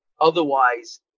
Otherwise